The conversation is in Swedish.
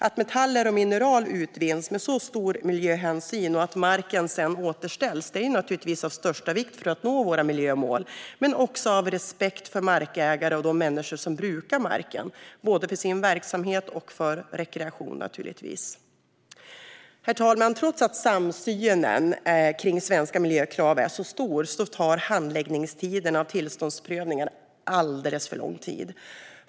Att metaller och mineraler utvinns med stor miljöhänsyn och att marken sedan återställs är av största vikt för att nå våra miljömål men också för att visa respekt för markägare och de människor som brukar marken, både för sin verksamhet och för rekreation. Herr talman! Trots att samsynen kring svenska miljökrav är stor blir handläggningstiderna för tillståndsprövningar allt längre.